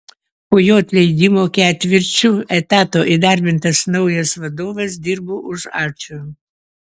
po jo atleidimo ketvirčiu etato įdarbintas naujas vadovas dirbo už ačiū